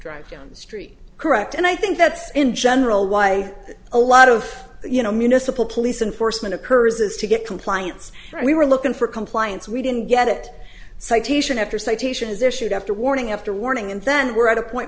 drive down the street correct and i think that's in general why a lot of you know municipal police and forstmann occurs is to get compliance we were looking for compliance we didn't get it citation after citations issued after warning after warning and then we're at a point